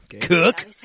Cook